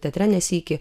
teatre ne sykį